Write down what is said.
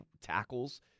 tackles